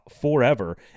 forever